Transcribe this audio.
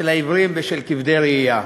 של עיוורים ושל כבדי ראייה,